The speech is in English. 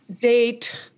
date